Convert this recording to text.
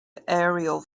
aerial